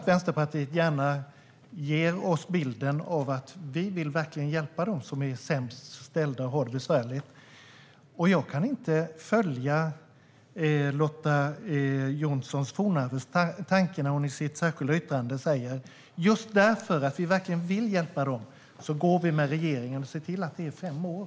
Vänsterpartiet ger oss ju gärna bilden av att man verkligen vill hjälpa dem som har det sämst ställt och mest besvärligt. Jag kan inte följa Lotta Johnsson Fornarves tanke när hon i sitt särskilda yttrande skriver att man just därför - för att man verkligen vill hjälpa människor - går med regeringen och ser till att det blir fem år.